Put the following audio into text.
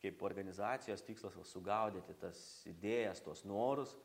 kaip organizacijos tikslas va sugaudyti tas idėjas tuos norus